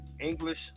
English